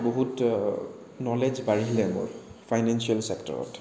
বহুত ন'লেজ বাঢ়িলে মোৰ ফাইনেঞ্চিয়েল চেক্টৰত